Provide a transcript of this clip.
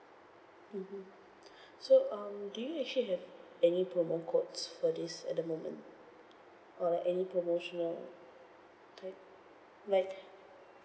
mmhmm so um do you actually have any promo codes for this at the moment or like any promotional type like